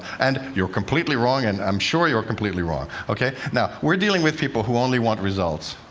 and you're completely wrong, and i'm sure you're completely wrong. ok? now, we're dealing with people who only want results,